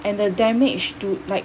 and the damage to like